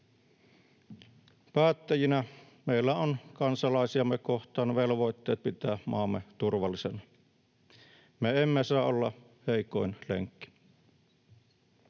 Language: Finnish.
Päättäjinä meillä on kansalaisiamme kohtaan velvoitteet pitää maamme turvallisena. Me emme saa olla heikoin lenkki.